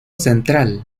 central